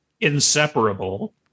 inseparable